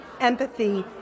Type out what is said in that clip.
empathy